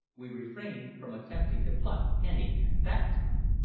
we refrained from attempting to pluck any at that time.